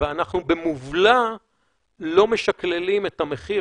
ואנחנו במובלע לא משקללים את המחר,